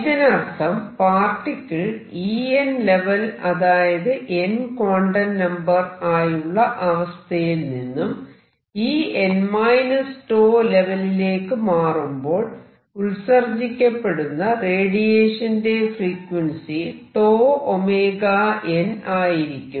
ഇതിനർത്ഥം particle En level അതായത് n quantum number ആയുള്ള അവസ്ഥയിൽ നിന്നും En 𝞃 ലെവലിലേക്ക് മാറുമ്പോൾ ഉത്സർജിക്കപ്പെടുന്ന റേഡിയേഷന്റെ ഫ്രീക്വൻസി 𝞃𝞈n ആയിരിക്കും